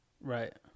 Right